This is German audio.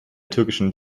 türkischen